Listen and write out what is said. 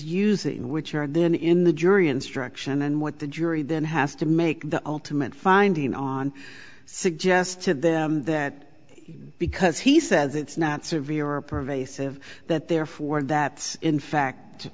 using which are then in the jury instruction and what the jury then has to make the ultimate finding on suggest to them that because he says it's not severe or pervasive that therefore that in fact